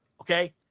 Okay